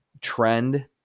trend